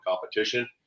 competition